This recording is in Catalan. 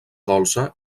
dolça